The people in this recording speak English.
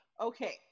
Okay